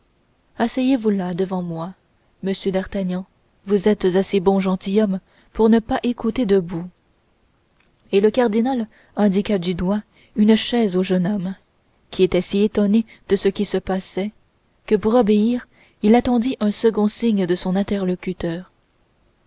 asseyez-vous là devant moi monsieur d'artagnan vous êtes assez bon gentilhomme pour ne pas écouter debout et le cardinal indiqua du doigt une chaise au jeune homme qui était si étonné de ce qui se passait que pour obéir il attendit un second signe de son interlocuteur